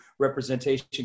representation